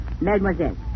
Mademoiselle